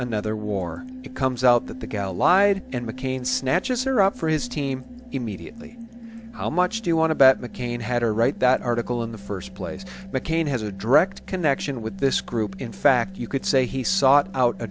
another war comes out that the gal lied and mccain snatches her up for his team immediately how much do you want to bet mccain had to write that article in the first place mccain has a direct connection with this group in fact you could say he sought out a